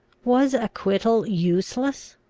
was acquittal useless?